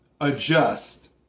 adjust